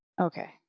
Okay